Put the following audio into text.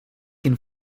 can